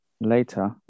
Later